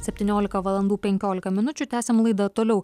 septyniolika valandų penkiolika minučių tęsiam laidą toliau